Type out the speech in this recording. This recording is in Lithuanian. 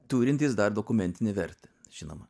turintys dar dokumentinę vertę žinoma